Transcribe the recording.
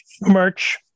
Merch